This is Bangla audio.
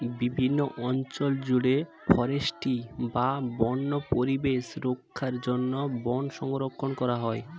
বিভিন্ন অঞ্চল জুড়ে ফরেস্ট্রি বা বন্য পরিবেশ রক্ষার জন্য বন সংরক্ষণ করা হয়